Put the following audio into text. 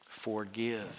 Forgive